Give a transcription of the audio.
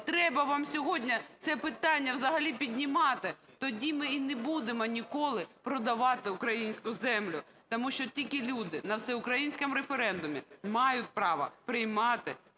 треба вам сьогодні це питання взагалі піднімати", - тоді ми і не будемо ніколи продавати українську землю. Тому що тільки люди на всеукраїнському референдумі, мають право приймати